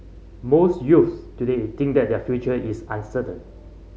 most youths today think that their future is uncertain